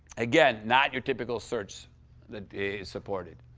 again, not your typical search that is supported.